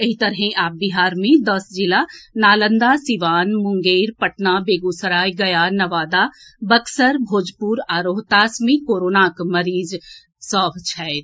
एहि तरहें आब बिहार मे दस जिला नालंदा सीवान मुंगेर पटना बेगूसराय गया नवादा बक्सर भोजपुर आ रोहतास मे कोरोनाक मरीज सभ छथि